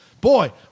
Boy